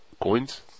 Coins